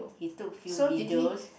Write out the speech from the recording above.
he took few videos